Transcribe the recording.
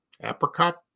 apricot